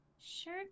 Sure